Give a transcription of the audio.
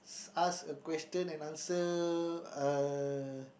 ask a question and answer uh